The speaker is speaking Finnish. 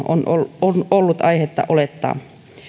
on ollut aihetta olettaa